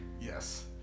Yes